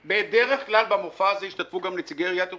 בדרך כלל במופע הזה השתתפו גם נציגי עיריית ירושלים,